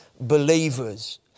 believers